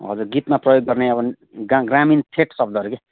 हजुर गीतमा प्रयोग गर्ने अब ग ग्रामीण ठेट शब्दहरू के